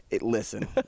Listen